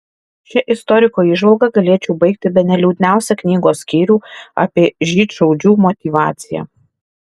šia istoriko įžvalga galėčiau baigti bene liūdniausią knygos skyrių apie žydšaudžių motyvaciją